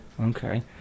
okay